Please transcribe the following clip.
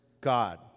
God